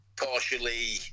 partially